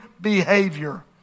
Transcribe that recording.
behavior